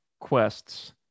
quests